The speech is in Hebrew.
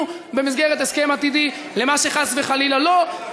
במסגרת הסכם עתידי לבין מה שחס וחלילה לא.